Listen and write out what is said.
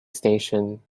station